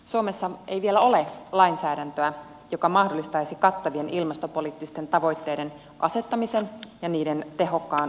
suomessa ei vielä ole lainsäädäntöä joka mahdollistaisi kattavien ilmastopoliittisten tavoitteiden asettamisen ja niiden tehokkaan seuraamisen